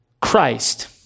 Christ